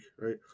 right